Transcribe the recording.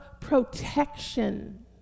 protection